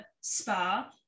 Spa